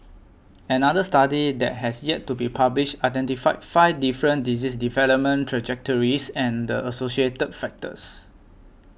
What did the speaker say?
another study that has yet to be published identified five different disease development trajectories and the associated factors